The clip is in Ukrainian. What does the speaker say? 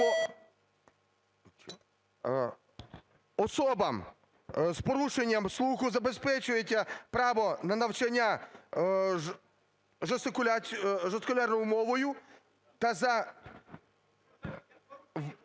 "Особам з порушенням слуху забезпечується право на навчання жестовою мовою та на